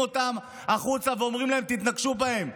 אותם החוצה ואומרים להם: תתנגשו בהם.